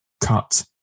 Cut